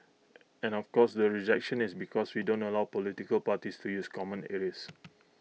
and of course the rejection is because we don't allow political parties to use common areas